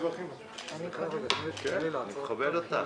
שלום לכולם,